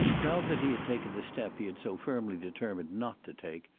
now that he had taken the step he had so firmly determined not to take,